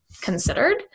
considered